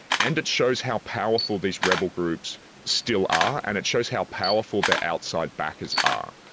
and it shows how powerful these rebel groups still are and it shows how powerful their outside backers are.